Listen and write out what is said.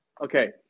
Okay